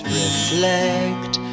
reflect